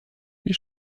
wie